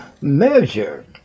measure